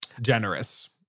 generous